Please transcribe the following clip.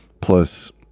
Plus